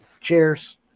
Cheers